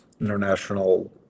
international